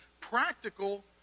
practical